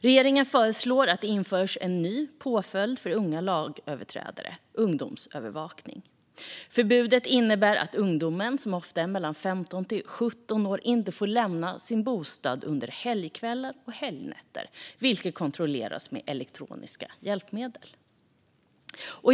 Regeringen föreslår att det ska införas en ny påföljd för unga lagöverträdare: ungdomsövervakning. Den innebär att ungdomen, som ofta är 15-17 år, inte får lämna sin bostad under helgkvällar och helgnätter, vilket kontrolleras med elektroniska hjälpmedel.